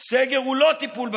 ממשיכים לשאול שאלות,